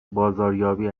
بازاریابی